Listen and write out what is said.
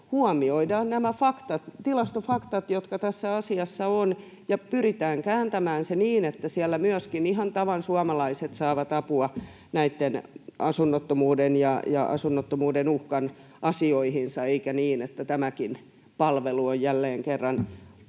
huomioidaan nämä tilastofaktat, jotka tässä asiassa ovat, ja pyritään kääntämään se niin, että siellä myöskin ihan tavan suomalaiset saavat apua näihin asunnottomuuden ja asunnottomuuden uhkan asioihinsa, eikä niin, että tämäkin palvelu on jälleen kerran muka